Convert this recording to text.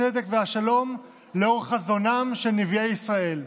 הצדק והשלום לאור חזונם של נביאי ישראל,